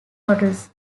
models